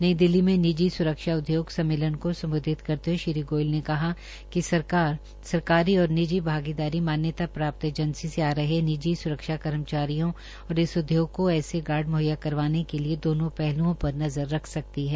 नई दिल्ली में निजी सुरक्षा उदयोग सम्मेलन को सम्बोधित करते हये श्री गोयल ने कहा कि सरकार सरकारी और निजी भागीदारी मान्यता प्राप्त एजेंसी से आ रहे निजी स्रक्षा कर्मचारियों और इस उदयोग को ऐसे गार्ड मुहैया करवाने के दोनों पहलुओं पर नज़र रख सकती है